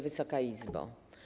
Wysoka Izbo!